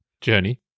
journey